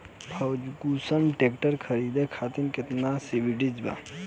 Ferguson tractor के खरीद करे खातिर केतना सब्सिडी बा?